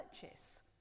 purchase